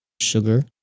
sugar